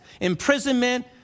imprisonment